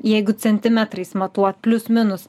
jeigu centimetrais matuot plius minus